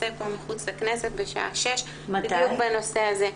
פה מחוץ לכנסת בשעה 18:00 בדיוק בנושא הזה.